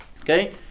Okay